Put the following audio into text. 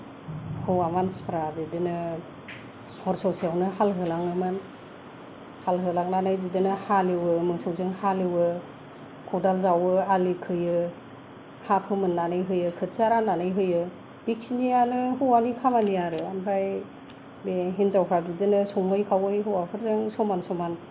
हौवा मानसिफ्रा बिदिनो हर ससेयावनो हाल होलाङोमोन हाल होलांनानै बिदिनो हालेवो मोसौजों हालेवो खदाल जावो आलि खोयो हा फोमोननानै होयो खोथिया राननानै होयो बेखिनियानो हौवानि खामानि आरो ओमफ्राय बे हिनजावफ्रा बिदिनो सङै खावै हौवाफोरजों समान समान